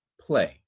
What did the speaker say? play